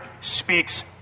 speaks